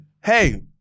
hey